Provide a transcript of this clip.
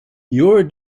your